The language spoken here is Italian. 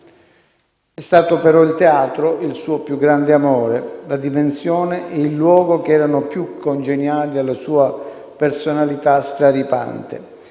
È stato però il teatro il suo più grande amore, la dimensione e il luogo che erano più congeniali alla sua personalità straripante.